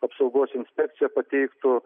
apsaugos inspekcija pateiktų